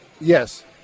Yes